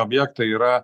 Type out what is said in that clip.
objektai yra